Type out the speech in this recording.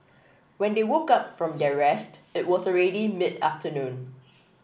when they woke up from their rest it was already mid afternoon